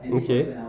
okay